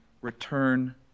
return